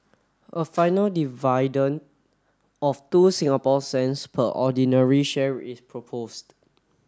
a final dividend of two Singapore cents per ordinary share is proposed